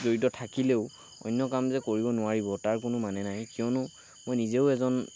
জড়িত থাকিলেও অন্য কাম যে কৰিব নোৱাৰিব তাৰ কোনো মানে নাই কিয়নো মই নিজেও এজন